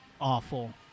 awful